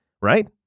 right